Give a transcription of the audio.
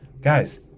Guys